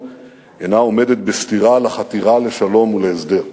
אינה עומדת בסתירה לחתירה לשלום ולהסדר.